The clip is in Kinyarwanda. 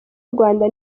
rwanda